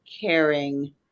caring